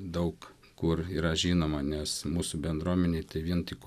daug kur yra žinoma nes mūsų bendruomenėj tai vien tik